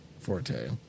forte